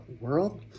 world